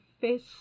face